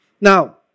Now